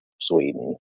Sweden